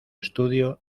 estudio